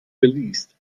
geleast